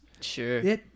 Sure